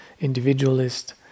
individualist